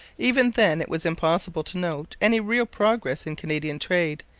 even then it was impossible to note any real progress in canadian trade,